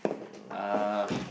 uh